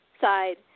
side